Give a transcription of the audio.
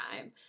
time